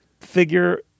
figure